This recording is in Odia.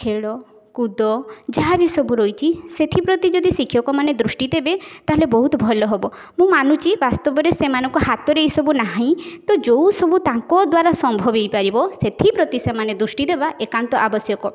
ଖେଳ କୁଦ ଯାହା ବି ସବୁ ରହିଛି ସେଥିପ୍ରତି ଯଦି ଶିକ୍ଷକମାନେ ଦୃଷ୍ଟି ଦେବେ ତା'ହେଲେ ବହୁତ ଭଲ ହେବ ମୁଁ ମାନୁଛି ବାସ୍ତବରେ ସେମାନଙ୍କ ହାତରେ ଏଇସବୁ ନାହିଁ ତ ଯେଉଁ ସବୁ ତାଙ୍କ ଦ୍ୱାରା ସମ୍ଭବ ହେଇପାରିବ ସେଥିପ୍ରତି ସେମାନେ ଦୃଷ୍ଟି ଦେବା ଏକାନ୍ତ ଆବଶ୍ୟକ